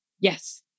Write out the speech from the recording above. Yes